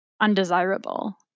undesirable